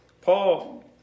Paul